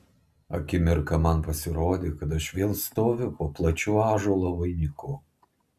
akimirką man pasirodė kad aš vėl stoviu po plačiu ąžuolo vainiku